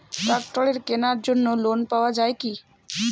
ট্রাক্টরের কেনার জন্য লোন পাওয়া যায় কি?